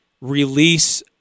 release